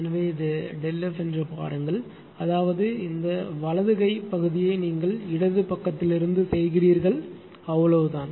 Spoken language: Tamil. எனவே இது ΔF என்று பாருங்கள் அதாவது இந்த வலது கை பகுதியை நீங்கள் இடது பக்கத்திலிருந்து செய்கிறீர்கள் அவ்வளவுதான்